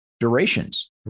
durations